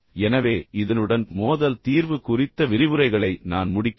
எனவே இதனுடன் மோதல் தீர்வு குறித்த விரிவுரைகளை நான் முடிக்கிறேன்